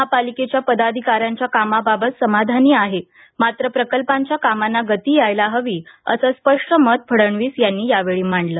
महापालिकेच्या पदाधिकाऱ्यांच्या कामाबाबत समाधानी आहे मात्र प्रकल्पांच्या कामांना गती यायला हवी असं स्पष्ट मत फडणवीस यांनी यावेळी मांडलं